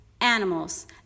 animals